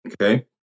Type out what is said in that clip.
Okay